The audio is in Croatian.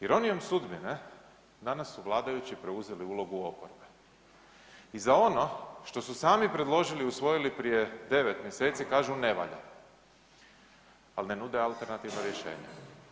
Ironijom sudbine, danas su vladajući preuzeli ulogu oporbe i za ono što su sami predložili i usvojili prije 9 mj., kažu ne valja ali ne nude alternativno rješenje.